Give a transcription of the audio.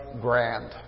grand